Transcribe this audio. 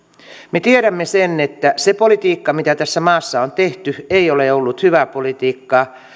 me tiedämme sen että se politiikka mitä tässä maassa on tehty ei ole ollut hyvää politiikkaa